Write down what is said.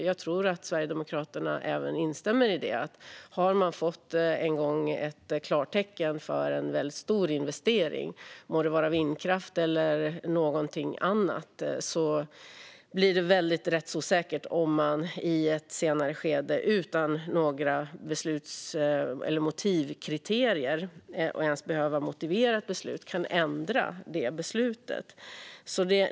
Jag tror att även Sverigedemokraterna instämmer i att om man en gång har fått klartecken för en stor investering, vindkraft eller något annat, blir det väldigt rättsosäkert om det beslutet kan ändras i ett senare skede utan att det ens behöver motiveras med några kriterier.